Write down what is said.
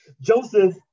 Joseph